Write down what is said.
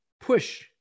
push